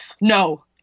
No